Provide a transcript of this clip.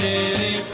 City